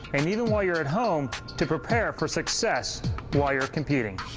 and even while you're at home to prepare for success while you're competing.